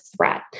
threat